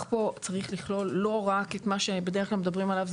פה צריך לכלול לא רק את מה שבדרך כלל מדברים עליו,